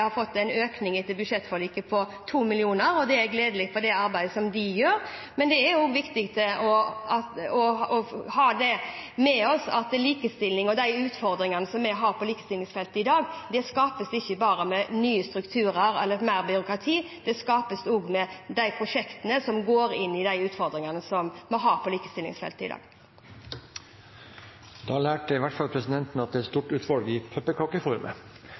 har fått en økning på 2 mill. kr etter budsjettforliket. Det er gledelig for det arbeidet som de gjør. Men det er også viktig å ha med seg at likestilling og løsningene på de utfordringene vi har på likestillingsfeltet i dag, ikke bare skapes med nye strukturer eller mer byråkrati – det skapes også med de prosjektene som går inn i de utfordringene vi har på likestillingsfeltet i dag. Da lærte presidenten i hvert fall at det er et stort utvalg i